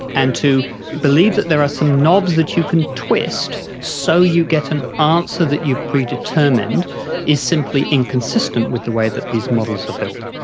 and to believe that there are some knobs that you can twist so you get an answer that you've predetermined is simply inconsistent with the way that these models are built.